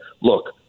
look